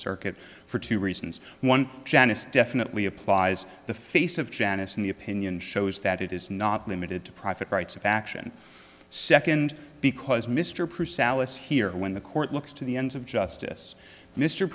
circuit for two reasons one janice definitely applies the face of janice in the opinion shows that it is not limited to private rights of action second because mr purcel is here when the court looks to the ends of justice mr